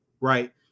right